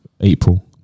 April